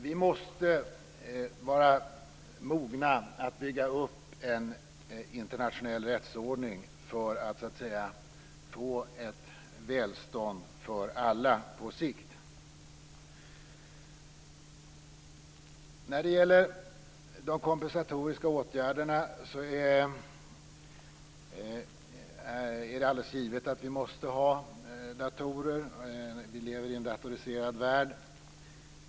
Vi måste vara mogna att bygga upp en internationell rättsordning för att på sikt få välstånd för alla. När det gäller de kompensatoriska åtgärderna är det alldeles givet att vi måste ha datorer. Vi lever ju i en datoriserad värld.